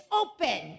open